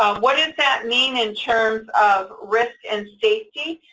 ah what does that mean in terms of risk and safety,